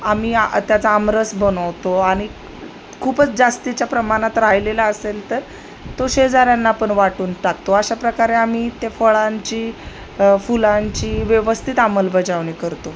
आम्ही आ त्याचा आमरस बनवतो आणि खूपच जास्तीच्या प्रमाणात राहिलेला असेल तर तो शेजाऱ्यांना पण वाटून टाकतो अशा प्रकारे आम्ही त्या फळांची फुलांची व्यवस्थित अंमलबजावणी करतो